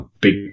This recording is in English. big